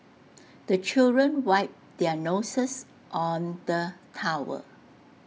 the children wipe their noses on the towel